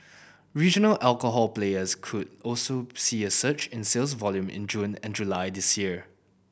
regional alcohol players could also see a surge in sales volume in June and July this year